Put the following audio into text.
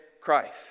Christ